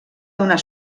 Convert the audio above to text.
donar